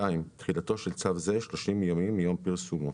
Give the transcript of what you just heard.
תחילה 2. תחילתו של צו זה 30 ימים מיום פרסומו."